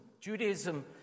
Judaism